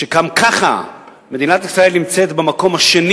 וגם ככה מדינת ישראל נמצאת במקום השני